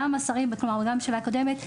גם השרים בממשלה הקודמת,